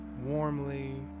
warmly